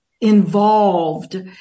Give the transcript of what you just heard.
involved